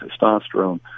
testosterone